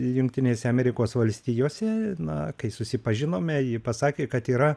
jungtinėse amerikos valstijose na kai susipažinome ji pasakė kad yra